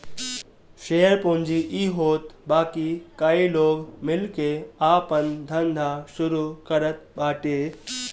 share पूंजी इ होत बाकी कई लोग मिल के आपन धंधा शुरू करत बाटे